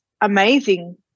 amazing